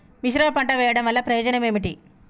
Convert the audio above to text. మిశ్రమ పంట వెయ్యడం వల్ల ప్రయోజనం ఏమిటి?